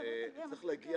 שצריך להגיע